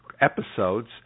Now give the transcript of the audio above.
episodes